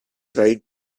tried